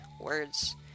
words